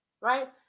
Right